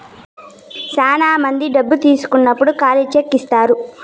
శ్యానా మంది డబ్బు తీసుకున్నప్పుడు ఖాళీ చెక్ ఇత్తారు